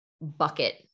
bucket